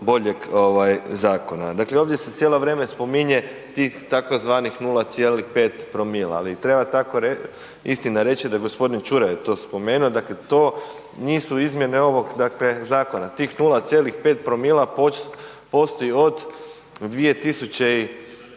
boljeg ovaj zakona. Dakle, ovdje se cijelo vrijeme spominje tih tzv. 0,5 promila, ali treba tako istina reći da, g. Čuraj je to spomenuo, dakle to nisu izmjene ovog dakle zakona, tih 0,5 promila postoji od 2011.g.,